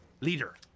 leader